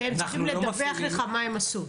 והם צריכים לדווח לך מה הם עשו?